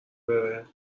بره